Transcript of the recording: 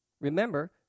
Remember